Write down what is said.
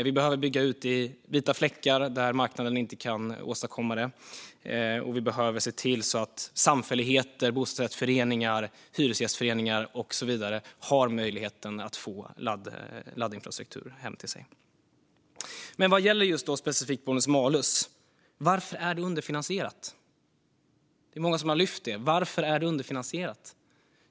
Vi behöver bygga ut i vita fläckar där marknaden inte kan åstadkomma det, och vi behöver se till att samfälligheter, bostadsrättsföreningar, hyresgästföreningar och så vidare har möjlighet att få laddinfrastruktur hem till sig. Men när det specifikt gäller bonus malus, varför är det underfinansierat? Det är många som har lyft den frågan.